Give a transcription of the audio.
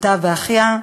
אחותה ואחיה,